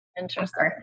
Interesting